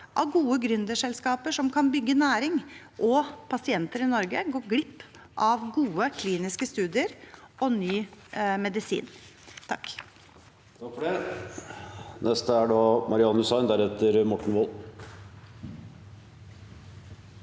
av gode gründerselskaper, som kan bygge næring. Og pasienter i Norge går glipp av gode kliniske studier og ny medisin. Marian